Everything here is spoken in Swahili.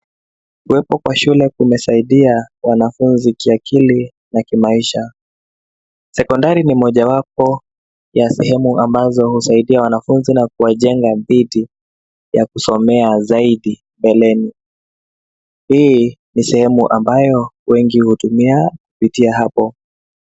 Kuwepo kwa shule kumesaidia wanafunzi kiakili na kimaisha. Sekondari ni mojawapo ya sehemu ambazo husaidia wanafunzi na kuwajenga viti ya kusomea zaidi mbeleni. Hii ni sehemu ambayo wengi hutumia kupitia hapo.